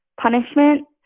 punishment